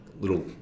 little